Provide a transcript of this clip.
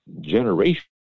generation